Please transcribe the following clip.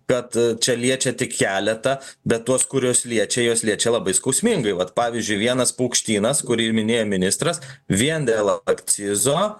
kad čia liečia tik keletą bet tuos kuriuos liečia juos liečia labai skausmingai vat pavyzdžiui vienas paukštynas kurį minėjo ministras vien dėl akcizo